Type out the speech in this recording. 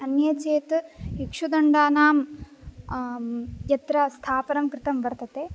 अन्ये चेत् इक्षुदण्डानां यत्र स्थापनं कृतं वर्तते